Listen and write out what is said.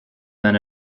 been